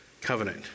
covenant